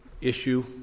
issue